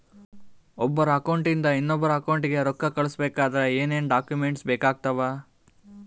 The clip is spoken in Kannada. ಒಬ್ಬರ ಅಕೌಂಟ್ ಇಂದ ಇನ್ನೊಬ್ಬರ ಅಕೌಂಟಿಗೆ ರೊಕ್ಕ ಕಳಿಸಬೇಕಾದ್ರೆ ಏನೇನ್ ಡಾಕ್ಯೂಮೆಂಟ್ಸ್ ಬೇಕಾಗುತ್ತಾವ?